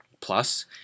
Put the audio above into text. plus